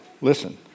Listen